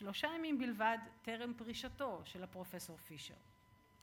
שלושה ימים בלבד טרם פרישתו של הפרופסור פישר.